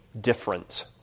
different